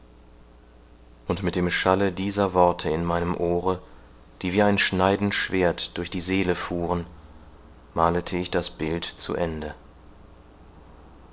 und mit dem schalle dieser worte in meinem ohre die wie ein schneidend schwert durch meine seele fuhren malete ich das bild zu ende